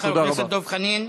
תודה רבה.